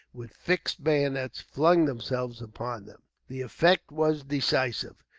with fixed bayonets, flung themselves upon them. the effect was decisive.